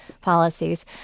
policies